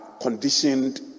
conditioned